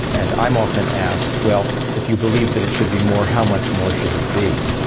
and i'm often asked, well, if you believe that it should be more, how much more should it be?